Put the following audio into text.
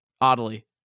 oddly